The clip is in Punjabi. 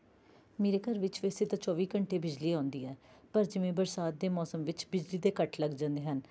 ਮੇਰੇ ਘਰ ਵਿੱਚ ਵੈਸੇ ਤਾਂ ਚੌਵੀ ਘੰਟੇ ਬਿਜਲੀ ਆਉਂਦੀ ਹੈ ਪਰ ਜਿਵੇਂ ਬਰਸਾਤ ਦੇ ਮੌਸਮ ਵਿੱਚ ਬਿਜਲੀ ਦੇ ਕੱਟ ਲੱਗ ਜਾਂਦੇ ਹਨ